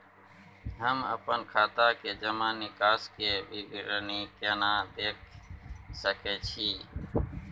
हम अपन खाता के जमा निकास के विवरणी केना देख सकै छी?